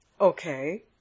Okay